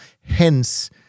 Hence